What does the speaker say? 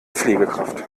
pflegekraft